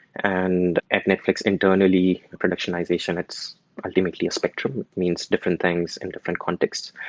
and at netflix internally, productionization, it's ultimately a spectrum. it means different things and different contexts.